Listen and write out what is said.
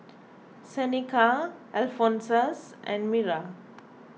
Seneca Alphonsus and Mira